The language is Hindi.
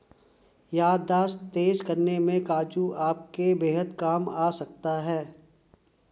याददाश्त तेज करने में काजू आपके बेहद काम आ सकता है